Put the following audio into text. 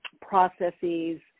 processes